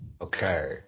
Okay